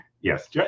yes